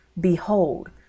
Behold